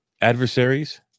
adversaries